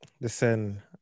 Listen